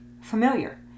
familiar